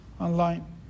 online